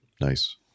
Nice